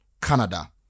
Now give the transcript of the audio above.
Canada